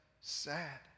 sad